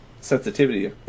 sensitivity